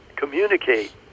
communicate